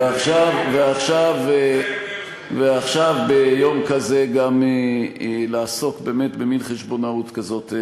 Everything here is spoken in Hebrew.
ועכשיו, ביום כזה, לעסוק במין חשבונאות כזאת.